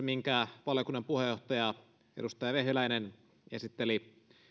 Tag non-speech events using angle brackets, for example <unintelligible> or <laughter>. <unintelligible> minkä valiokunnan puheenjohtaja edustaja vehviläinen esitteli